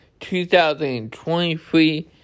2023